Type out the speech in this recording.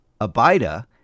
Abida